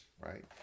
right